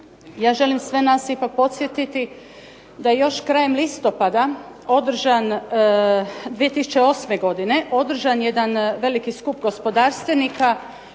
Ja želim sve nas ipak podsjetiti da je još krajem listopada 2008. godine održan jedan veliki skup gospodarstvenika